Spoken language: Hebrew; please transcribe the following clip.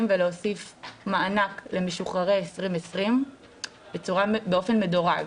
ולהוסיף מענק למשוחררי 2020 באופן מדורג: